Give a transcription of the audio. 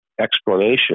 Explanation